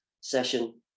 session